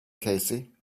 cassie